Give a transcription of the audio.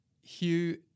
Hugh